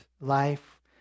life